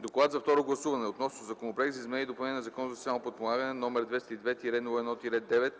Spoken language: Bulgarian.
Доклад за второ гласуване относно Законопроект за изменение и допълнение на Закона за социално подпомагане, № 202-01-9,